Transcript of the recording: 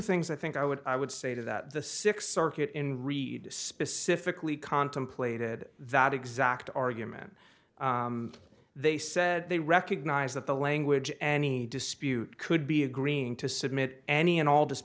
things i think i would i would say that the six circuit in read specifically contemplated that exact argument they said they recognize that the language any dispute could be agreeing to submit any and all